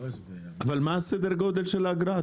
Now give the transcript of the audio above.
אבל מה סדר הגודל של האגרה?